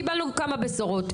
קיבלנו כמה בשורות,